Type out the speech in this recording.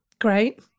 Great